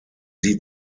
sie